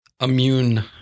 immune